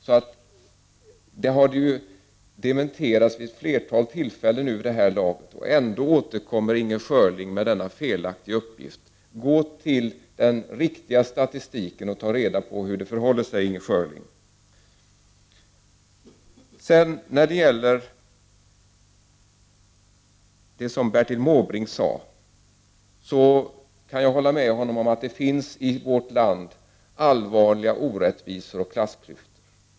Det Inger Schörling förde fram har vid det här laget dementerats vid ett flertal tillfällen. Ändå återkommer hon med denna felaktiga uppgift. Gå till den riktiga statistiken och ta reda på hur det förhåller sig, Inger Schörling! Sedan kan jag hålla med Bertil Måbrink om att det i vårt land finns allvarliga orättvisor och klassklyftor.